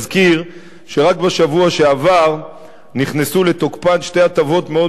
אזכיר שרק בשבוע שעבר נכנסו לתוקפן שתי הטבות מאוד